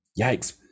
yikes